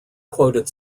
quoted